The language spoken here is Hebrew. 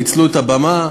ניצלו את הבמה.